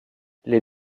les